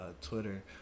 twitter